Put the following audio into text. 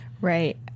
Right